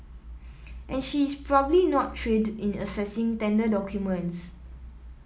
and she is probably not trained in assessing tender documents